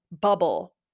bubble